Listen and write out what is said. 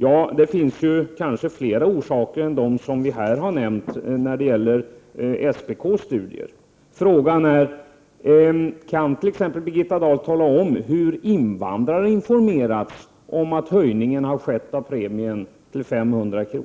Ja, det finns kanske flera orsaker än dem som vi här har nämnt när det gäller SPK:s studier. Kan Birgitta Dahl t.ex. tala om hur invandrare har informerats om att det har skett en höjning av premien till 500 kr.?